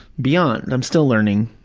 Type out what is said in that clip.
beyond. and i'm still learning,